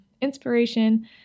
inspiration